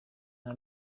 nta